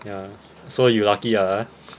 ya so you lucky ah